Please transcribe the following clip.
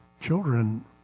children